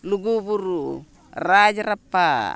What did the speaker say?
ᱞᱩᱜᱩ ᱵᱩᱨᱩ ᱨᱟᱡᱽ ᱨᱟᱯᱟᱜ